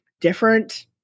different